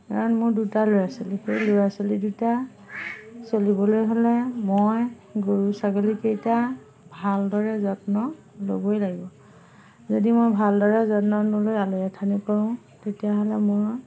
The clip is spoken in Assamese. কাৰণ মোৰ দুটা ল'ৰা ছোৱালী সেই ল'ৰা ছোৱালী দুটা চলিবলৈ হ'লে মই গৰু ছাগলীকেইটা ভালদৰে যত্ন ল'বই লাগিব যদি মই ভালদৰে যত্ন নলৈ আলৈ আথানি কৰোঁ তেতিয়াহ'লে মই